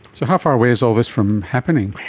so how far away is all this from happening?